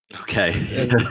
Okay